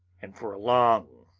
and for a long,